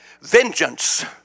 Vengeance